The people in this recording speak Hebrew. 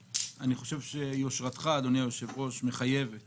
יושרתך, אדוני היושב-ראש, מחייבת